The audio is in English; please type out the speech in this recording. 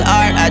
art